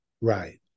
Right